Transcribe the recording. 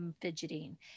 fidgeting